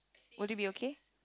would it be okay